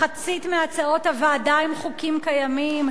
מחצית מהצעות הוועדה הן חוקים קיימים,